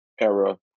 era